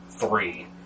three